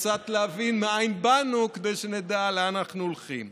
וקצת להבין מאין באנו כדי שנדע לאן אנחנו הולכים.